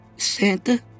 Santa